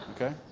Okay